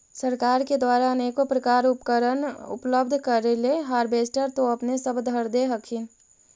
सरकार के द्वारा अनेको प्रकार उपकरण उपलब्ध करिले हारबेसटर तो अपने सब धरदे हखिन?